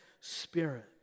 spirit